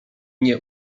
nie